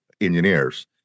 engineers